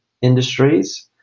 industries